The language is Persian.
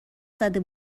زده